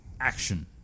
Action